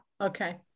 Okay